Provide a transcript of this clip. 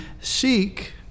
seek